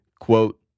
quote